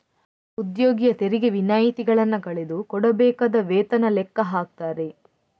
ಉದ್ಯೋಗಿಯ ತೆರಿಗೆ ವಿನಾಯಿತಿಗಳನ್ನ ಕಳೆದು ಕೊಡಬೇಕಾದ ವೇತನ ಲೆಕ್ಕ ಹಾಕ್ತಾರೆ